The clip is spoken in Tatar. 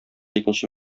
икенче